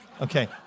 Okay